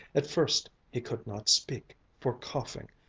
at first he could not speak, for coughing,